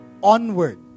onward